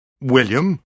William